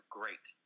great